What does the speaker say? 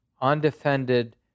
undefended